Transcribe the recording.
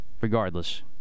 Regardless